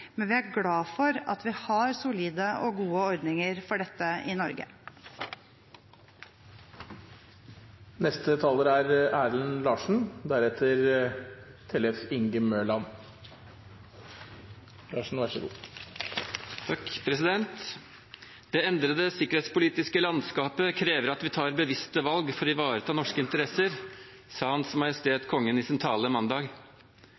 men vi er glad for at vi har solide og gode ordninger for dette i Norge. «Det endrete sikkerhetspolitiske landskapet krever at vi tar bevisste valg for å ivareta norske interesser», sa Hans Majestet Kongen i sin tale mandag.